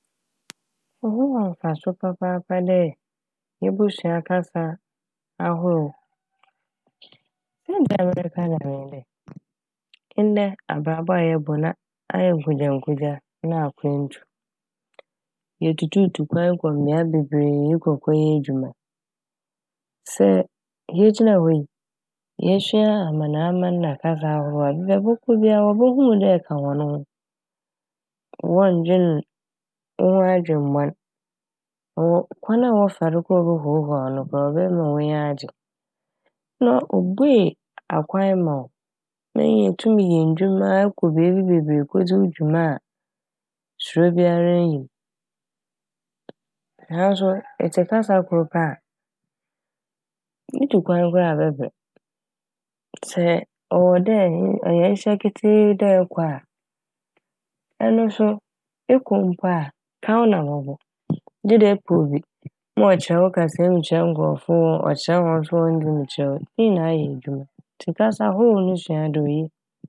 Ho wɔ mfaso papaapa dɛ yebosua kasa ahorow. Saintsir a mereka dɛm nye dɛ ndɛ abrabɔ a yɛbɔ n' a- ayɛ nkogyankogya na akwantu. Yetutututu kwan kɔ mbea bebree ekɔ kɔyɛ edwuma. Sɛ yegyina hɔ yi yesua amanaman na kasa ahorow a beebi a ɛbɔkɔ bia wobohu wo dɛ ɛka hɔn ho. Wɔnndwen wo ho adwen bɔn, wɔwɔ - kwan a wɔfa do ehuahua wo koraa no ɔbɛma w'enyi agye. Na obuei akwan ma wo na etum nya ndwuma ɛkɔ beebi bebree kodzi wo dwuma a suro biara nnyi m'. Ha so etse kasa kor pɛ a itu kwan koraa a ɛbɛbrɛ. Sɛ ɔwɔ dɛ ɛ- ɔyɛ nhyɛ ketsee dɛ ɛkɔ a ɛno so ekɔ mpo a kaw na ɛbɔbɔ gyedɛ epɛ obi ma ɔkyerɛ wo kasaa mu kyerɛ nkorɔfo ɔkyerɛ hɔn so hɔn dze ne mu kyerɛ wo ne nyinaa yɛ edwuma ntsi kasa ahorow ne sua dze oye.